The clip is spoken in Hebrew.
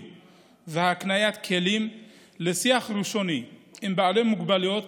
והקניית כלים לשיח ראשוני עם בעלי מוגבלויות,